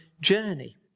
journey